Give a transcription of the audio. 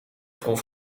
worden